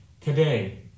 Today